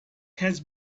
has